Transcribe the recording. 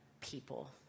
people